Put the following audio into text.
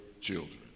children